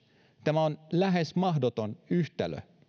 tämä on lähes mahdoton yhtälö